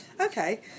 Okay